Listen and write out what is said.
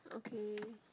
okay